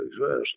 exist